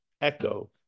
echo